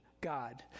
God